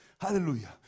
Hallelujah